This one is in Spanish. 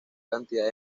cantidad